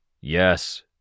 Yes